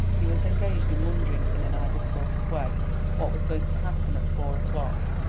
he was engaged in wondering in an idle sort of way what was going to happen at four o'clock.